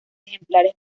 ejemplares